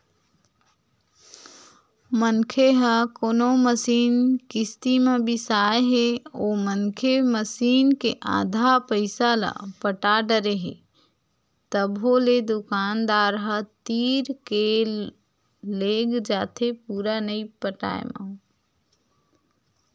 मनखे ह कोनो मसीन किस्ती म बिसाय हे ओ मनखे मसीन के आधा पइसा ल पटा डरे हे तभो ले दुकानदार ह तीर के लेग जाथे पुरा नइ पटाय म